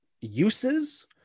uses